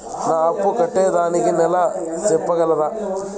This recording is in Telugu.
నా అప్పు కట్టేదానికి నెల సెప్పగలరా?